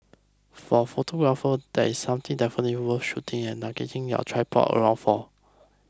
for photographer this is something definitely worth shooting and lugging your tripod around for